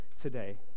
today